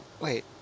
Wait